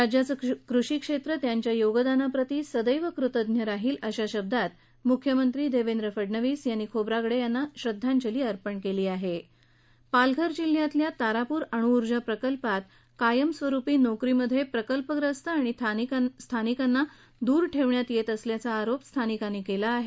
राज्याचे कृषी क्षेत्र त्यांच्या योगदानाप्रती सदैव कृतज्ञ राहील अशा शब्दात मुख्यमंत्री देवेंद्र फडणवीस यांनी खोब्रागडे यांना श्रद्धांजली अर्पण केली आहे पालघर जिल्ह्यातल्या तारापूर अणुऊर्जा प्रकल्पात कायमस्वरूपी नोकरी मध्ये प्रकल्पग्रस्त आणि स्थानिकांना दूर ठेवण्यातयेत असल्याचा आरोप स्थानिकांनी केला आहे